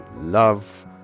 love